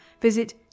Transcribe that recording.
visit